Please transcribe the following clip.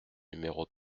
numéro